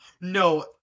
No